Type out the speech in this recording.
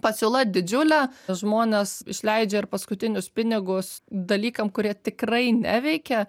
pasiūla didžiulė žmonės išleidžia ir paskutinius pinigus dalykam kurie tikrai neveikia